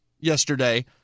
yesterday